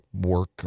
work